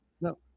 No